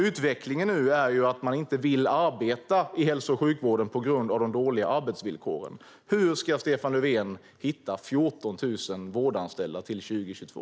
Utvecklingen nu innebär ju att man inte vill arbeta i hälso och sjukvården på grund av de dåliga arbetsvillkoren. Hur ska Stefan Löfven hitta 14 000 vårdanställda till 2022?